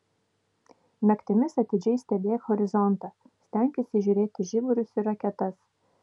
naktimis atidžiai stebėk horizontą stenkis įžiūrėti žiburius ir raketas